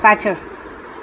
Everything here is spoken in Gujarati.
પાછળ